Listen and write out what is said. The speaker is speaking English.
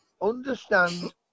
understand